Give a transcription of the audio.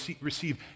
receive